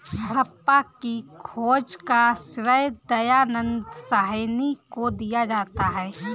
हड़प्पा की खोज का श्रेय दयानन्द साहनी को दिया जाता है